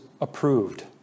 approved